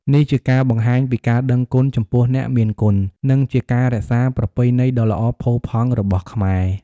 នេះជាការបង្ហាញពីការដឹងគុណចំពោះអ្នកមានគុណ និងជាការរក្សាប្រពៃណីដ៏ល្អផូរផង់របស់ខ្មែរ។